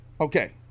Okay